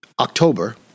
October